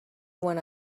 when